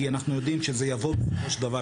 כי אנחנו יודעים שזה בסופו של דבר